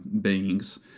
beings